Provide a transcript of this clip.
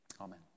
Amen